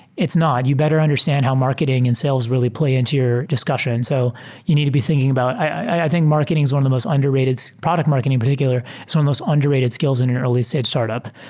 it's not. you better understand how marketing and sales really play into your discussion. so you need to be thinking about i think marketing is one of the most underrated product marketing in particular, it's one most underrated skills in an early stage startup.